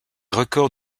records